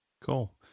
Cool